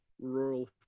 rural